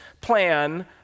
plan